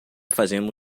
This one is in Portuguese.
fazendo